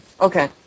Okay